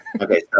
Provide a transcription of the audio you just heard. Okay